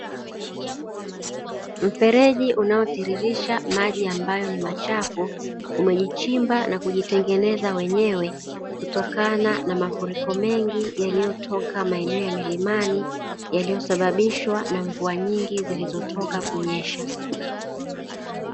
Mfereji unaotiririsha maji ambayo ni machafu umejichimba na kujitengeneza wenyewe kutokana na mafuriko mengi yaliyotoka, maeneo ya milimani yaliyosababishwa na mvua nyingi zilizotoka kunyesha.